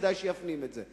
כדאי שיפנים את זה.